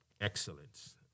excellence